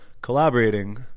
collaborating